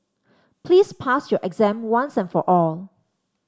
please pass your exam once and for all